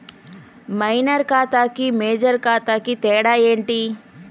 Minor ఖాతా కి major ఖాతా కి తేడా ఏంటి?